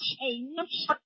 change